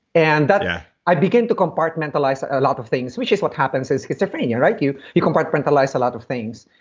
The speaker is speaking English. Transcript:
and but yeah i begin to compartmentalize a lot of things, which is what happens in schizophrenia, like you you compartmentalize a lot of things.